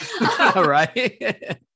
right